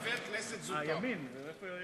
חבר כנסת זוטר, את זה